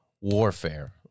warfare